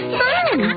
fun